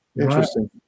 Interesting